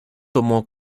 tomó